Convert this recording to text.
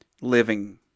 Living